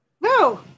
No